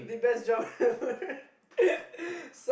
the best job ever